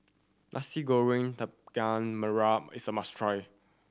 Nasi Goreng merah is a must try